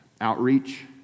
Outreach